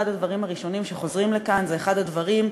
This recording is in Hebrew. אחד הדברים הראשונים שחוזרים לכאן זה אחד הדברים,